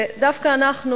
ודווקא אנחנו,